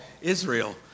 Israel